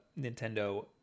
Nintendo